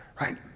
right